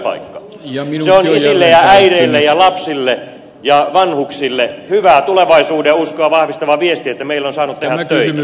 se on isille ja äideille ja lapsille ja vanhuksille hyvää tulevaisuudenuskoa vahvistava viesti että meillä on saanut tehdä töitä